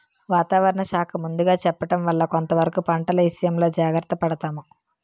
వాతావరణ శాఖ ముందుగా చెప్పడం వల్ల కొంతవరకు పంటల ఇసయంలో జాగర్త పడతాము